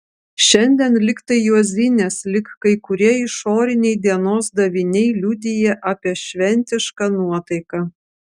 šiandien lyg tai juozinės lyg kai kurie išoriniai dienos daviniai liudija apie šventišką nuotaiką